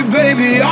baby